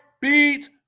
beat